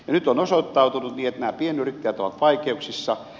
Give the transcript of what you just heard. nyt on osoittautunut että nämä pienyrittäjät ovat vaikeuksissa